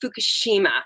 Fukushima